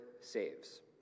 saves